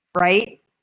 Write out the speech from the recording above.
Right